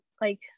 like-